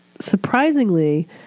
surprisingly